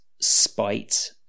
spite